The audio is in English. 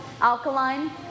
Alkaline